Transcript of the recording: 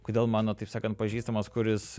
kodėl mano taip sakant pažįstamas kuris